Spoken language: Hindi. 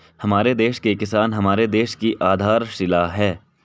हमारे देश के किसान हमारे देश की आधारशिला है